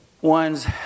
ones